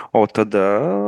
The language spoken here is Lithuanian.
o tada